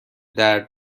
درد